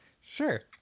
sure